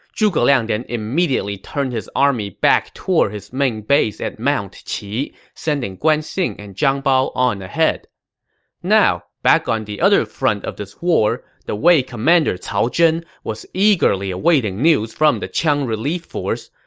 zhuge liang then immediately turned his army back toward his main base at mount qi, sending guan xing and zhang bao on ahead now, back on the other front of this war, the wei commander cao zhen was eagerly awaiting news from the qiang relief force.